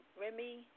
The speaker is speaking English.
Remy